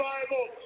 Bible